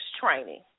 training